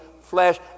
flesh